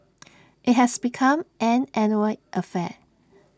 IT has become an annual affair